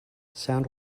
sound